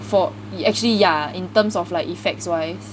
for e~ actually yeah in terms of like effects wise